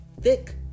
thick